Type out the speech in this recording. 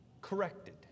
corrected